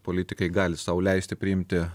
politikai gali sau leisti priimti